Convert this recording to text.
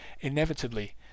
Inevitably